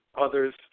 others